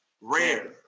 Rare